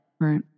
Right